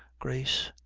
grace.